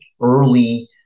early